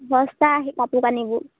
সস্তা সেই কাপোৰ কানিবোৰ